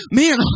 man